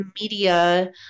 Media